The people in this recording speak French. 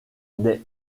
des